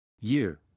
Year